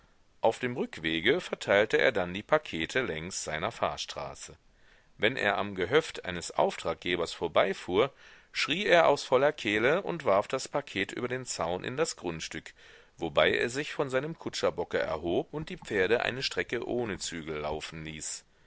auf dem rückwege verteilte er dann die pakete längs seiner fahrstraße wenn er am gehöft eines auftraggebers vorbeifuhr schrie er aus voller kehle und warf das paket über den zaun in das grundstück wobei er sich von seinem kutscherbocke erhob und die pferde eine strecke ohne zügel laufen ließ